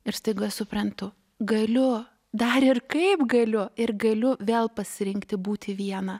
ir staiga suprantu galiu dar ir kaip galiu ir galiu vėl pasirinkti būti viena